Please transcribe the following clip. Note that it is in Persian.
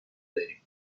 داریم